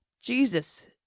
Jesus